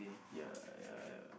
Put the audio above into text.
ya ya